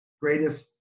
greatest